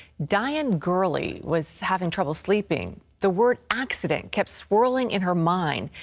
diane girlie was having trouble sleeping. the word accident kept swirling in her mind.